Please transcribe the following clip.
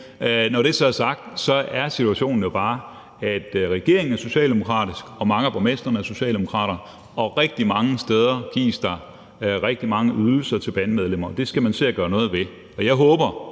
når det så er sagt, er situationen jo bare, at regeringen er socialdemokratisk og mange af borgmestrene er socialdemokrater, og rigtig mange steder gives der rigtig mange ydelser til bandemedlemmer. Det skal man se at gøre noget ved. Og jeg håber,